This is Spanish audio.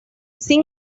sin